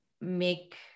make